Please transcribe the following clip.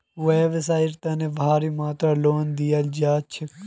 व्यवसाइर तने भारी मात्रात लोन दियाल जा छेक